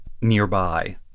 nearby